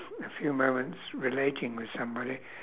a few moments relating with somebody